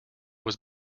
was